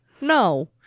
no